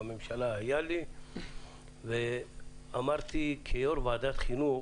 בממשלה היה לי; ואמרתי כיושב-ראש ועדת החינוך